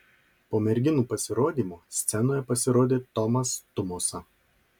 po merginų pasirodymo scenoje pasirodė tomas tumosa